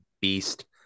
beast